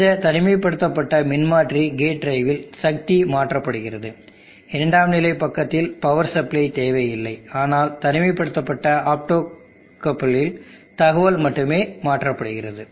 இந்த தனிமைப்படுத்தப்பட்ட மின்மாற்றி கேட் டிரைவில் சக்தி மாற்றப்படுகிறது இரண்டாம் நிலை பக்கத்தில் பவர் சப்ளை தேவையில்லை ஆனால் தனிமைப்படுத்தப்பட்ட ஆப்டோகப்பிள்ட்டில் தகவல் மட்டுமே மாற்றப்படுகிறது